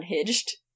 unhinged